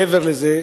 מעבר לזה,